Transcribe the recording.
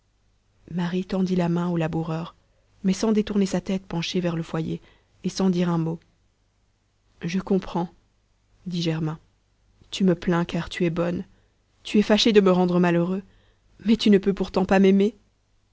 marie tendit la main au laboureur mais sans détourner sa tête penchée vers le foyer et sans dire un mot je comprends dit germain tu me plains car tu es bonne tu es fâchée de me rendre malheureux mais tu ne peux pourtant pas m'aimer